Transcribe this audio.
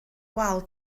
wal